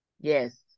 Yes